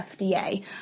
FDA